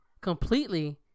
completely